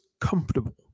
comfortable